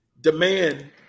demand